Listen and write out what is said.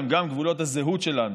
הם גם גבולות הזהות שלנו,